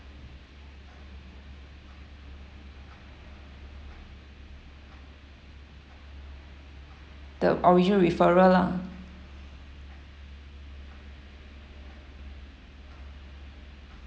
the original referral lah